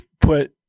put